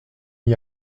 n’y